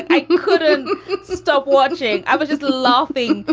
i couldn't stop watching. i was just laughing.